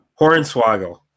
Hornswoggle